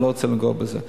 ולכן אני לא רוצה לגעת בזה.